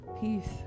Peace